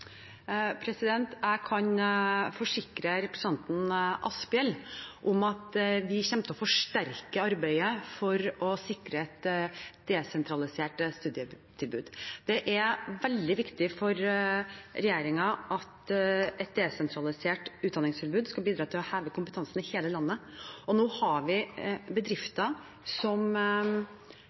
Jeg kan forsikre representanten Asphjell om at vi kommer til å forsterke arbeidet med å sikre et desentralisert studietilbud. Det er veldig viktig for regjeringen at et desentralisert utdanningstilbud skal bidra til å heve kompetansen i hele landet. Det er bedrifter som